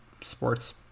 sports